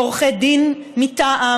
עורכי דין מטעם,